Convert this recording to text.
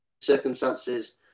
circumstances